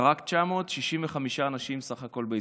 ורק 965 אנשים בסך הכול בהיסטוריה.